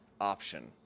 option